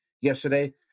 yesterday